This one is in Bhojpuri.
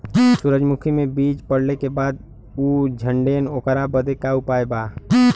सुरजमुखी मे बीज पड़ले के बाद ऊ झंडेन ओकरा बदे का उपाय बा?